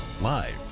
live